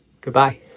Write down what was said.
goodbye